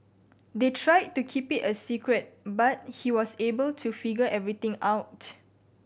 they tried to keep it a secret but he was able to figure everything out